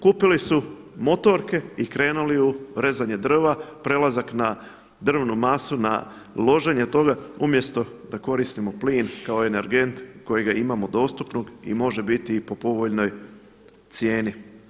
Kupili su motorke i krenuli u rezanje drva, prelazak na drvnu masu, na loženje toga umjesto da koristimo plin kao energent kojega imamo dostupnog i može biti i po povoljnoj cijeni.